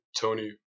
Tony